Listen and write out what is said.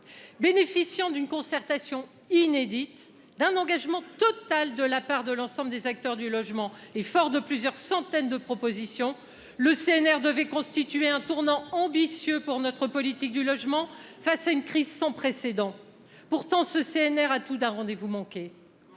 Bénéficiant d'une concertation inédite, d'un engagement total de la part de l'ensemble des acteurs du logement et fort de plusieurs centaines de propositions, le CNR devait constituer un tournant ambitieux pour notre politique du logement face à une crise sans précédent. Pourtant, il a tout d'un rendez-vous manqué.